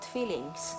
feelings